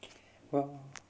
well